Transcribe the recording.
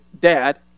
dad